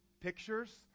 pictures